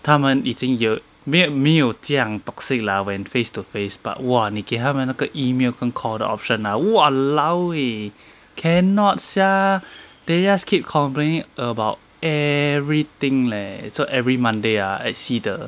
他们已经有没有这样 toxic lah when face to face but !wah! 你给他们那个 email 跟 call 的 option ah !walao! eh cannot sia they just keep complaining about everything leh so every monday ah I see the